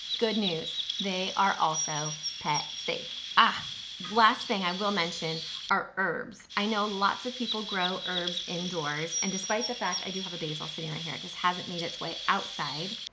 good news, news, they are also pet-safe. ah last thing i will mention are herbs. i know lots of people grow herbs indoors and despite the fact i do have a basil sitting right here, it just hasn't made its way outside.